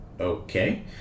Okay